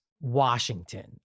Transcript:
Washington